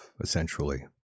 Essentially